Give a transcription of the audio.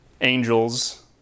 angels